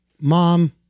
mom